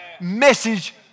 message